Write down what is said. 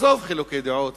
עזוב חילוקי דעות,